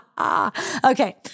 Okay